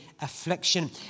affliction